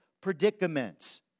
predicaments